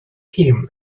him